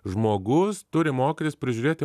žmogus turi mokytis prižiūrėti